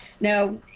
Now